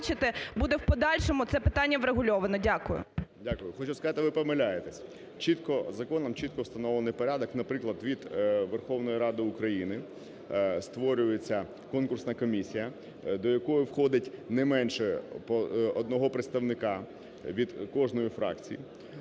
буде в подальшому це питання врегульовано? Дякую. 11:24:09 АЛЄКСЄЄВ С.О. Дякую. Хочу сказати, ви помиляєтесь. Законом чітко встановлений порядок. Наприклад, від Верховної Ради України створюється конкурсна комісія, до якої входить не менше одного представника від кожної фракції,